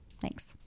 Thanks